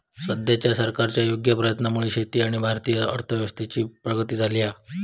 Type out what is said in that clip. सद्याच्या सरकारच्या योग्य प्रयत्नांमुळे शेती आणि भारतीय अर्थव्यवस्थेची प्रगती झाली हा